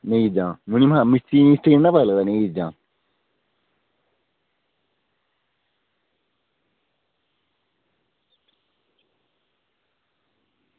नेईं जां मिस्तरी नि ना पता वगदा नेही चीज़ें दा